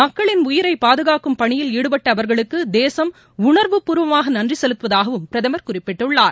மக்களின் உயிரை பாதுகாக்கும் பணியில் ஈடுபட்ட அவர்களுக்கு தேசம் உணர்வுபூர்வமாக நன்றி செலுத்துவதாகவும் பிரதமர் குறிப்பிட்டுள்ளார்